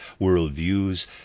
worldviews